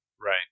right